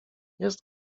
jest